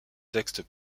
textes